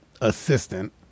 assistant